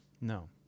No